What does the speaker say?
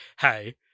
hey